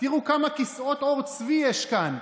תראו כמה כסאות עור צבי יש כאן.